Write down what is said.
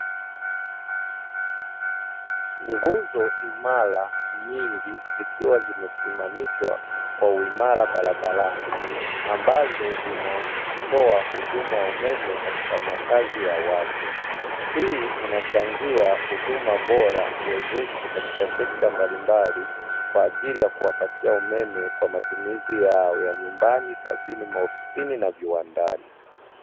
Nguzo imara, nyingi zikiwa zimesimamishwa kwa uimara barabarani ambazo zinatoa huduma ya umeme katika makazi ya watu, hii inachangia huduma bora wezeshi katika sekta mbalimbali kwa ajili ya kuwapatia umeme kwa matumizi ya nyumbani, kazini, maofisini na viwandani.